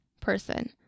person